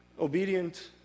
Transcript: obedient